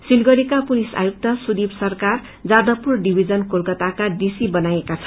सिलगढ़ीका police आयुक्त Sudip Sarkar Jadavpur division कोलकाताका DC बनाइएका छन्